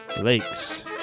Lakes